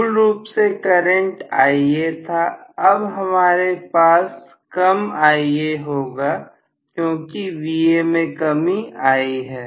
मूल रूप से करंट Ia था अब हमारे पास कम Ia होगा क्योंकि Va में कमी आई है